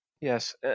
Yes